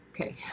okay